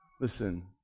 Listen